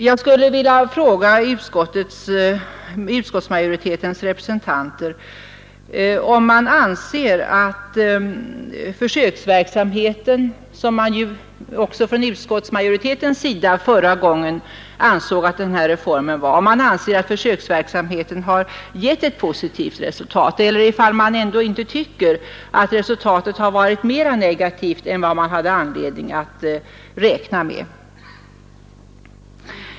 När reformen genomfördes ansåg även utskottsmajoriteten att det var fråga om en försöksverksamhet. Jag vill fråga utskottsmajoritetens representanter här i dag om de anser att försöksverksamheten har givit ett positivt resultat. Eller har resultatet blivit mera negativt än man hade anledning att räkna med?